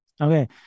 Okay